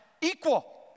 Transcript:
Equal